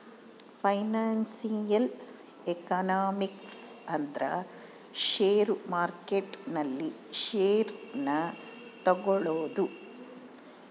financial economics ಅಂದ್ರ share market ನಲ್ಲಿ share ನ ತಗೋಳೋದು